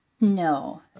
No